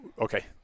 okay